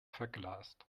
verglast